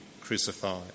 crucified